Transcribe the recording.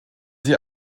sie